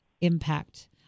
impact